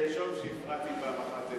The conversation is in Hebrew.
תרשום שהפרעתי פעם אחת,